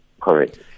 Correct